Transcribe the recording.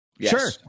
Sure